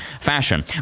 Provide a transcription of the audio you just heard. fashion